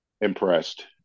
impressed